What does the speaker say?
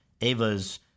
Ava's